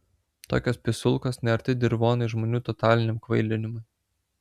tokios pisulkos nearti dirvonai žmonių totaliniam kvailinimui